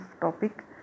topic